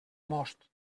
most